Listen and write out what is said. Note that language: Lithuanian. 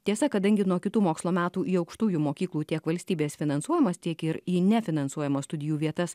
tiesa kadangi nuo kitų mokslo metų į aukštųjų mokyklų tiek valstybės finansuojamas tiek ir į nefinansuojamas studijų vietas